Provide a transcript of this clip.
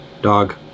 dog